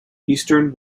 eastern